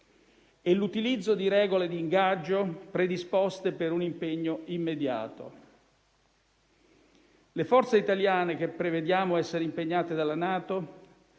e l'utilizzo di regole di ingaggio predisposte per un impegno immediato. Le forze italiane che prevediamo essere impiegate dalla NATO